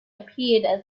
appeared